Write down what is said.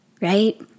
right